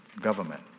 government